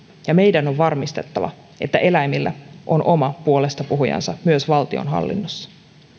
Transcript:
ja meidän on varmistettava että eläimillä on oma puolestapuhujansa myös valtionhallinnossa